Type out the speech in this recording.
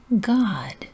God